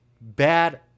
bad